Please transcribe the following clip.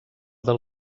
del